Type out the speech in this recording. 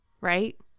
right